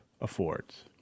affords